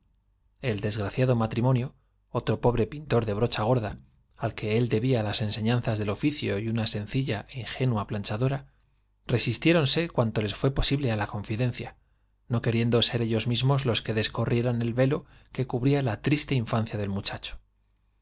el desgraciado m atrimonio de brocha al que él debía las enseñanzas pintor gorda del oficio y una sencilla é ingenua planchador a les fué á la confidencia resistiéronse cuanto posible no queriendo ser ellos mismos los que descorrieran el velo que cubría la triste infancia del muchacho